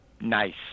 nice